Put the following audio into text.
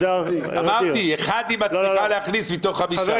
אמרתי: אחד היא מצליחה להכניס, מתוך חמישה.